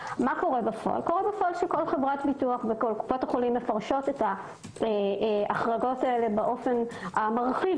בפועל חברות הביטוח וקופות החולים מפרשות את ההחלטות האלה באופן המרחיב